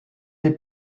est